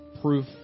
proof